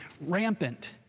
rampant